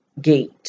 gate